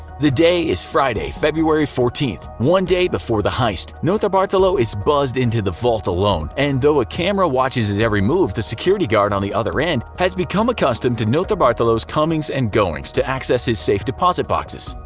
the day is friday, february fourteenth, one day before the heist. notarbartolo is buzzed into the vault alone, and though a camera watches his every move, the security guard on the other end has become accustomed to notarbartolo's comings and goings to access his safe-deposit boxes.